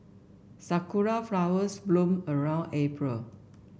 sakura flowers bloom around April